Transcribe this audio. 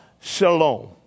Shalom